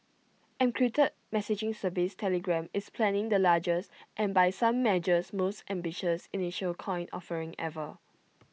encrypted messaging service Telegram is planning the largest and by some measures most ambitious initial coin offering ever